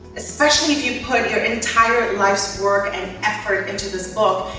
especially if you put your entire life's work, and effort into this book,